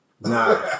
Nah